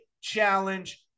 challenge